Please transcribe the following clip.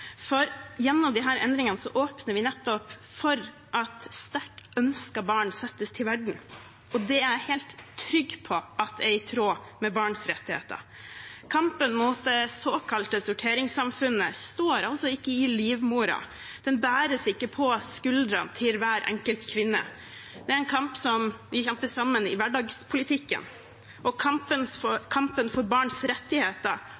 For gjennom disse endringene åpner vi nettopp for at sterkt ønskede barn settes til verden, og det er jeg helt trygg på at er i tråd med barns rettigheter. Kampen mot det såkalte sorteringssamfunnet står altså ikke i livmoren, den bæres ikke på skuldrene til hver enkelt kvinne. Det er en kamp vi kjemper sammen i hverdagspolitikken. Og kampen for barns rettigheter,